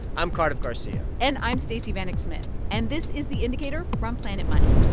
i'm cardiff garcia and i'm stacey vanek smith. and this is the indicator from planet money.